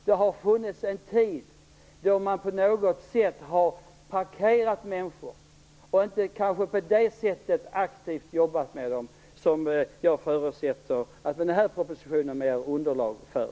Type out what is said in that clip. Det har funnits en tid då man på något sätt har "parkerat" människor och därigenom inte aktivt arbetat med dem på det sätt som jag förutsätter att propositionen ger underlag för.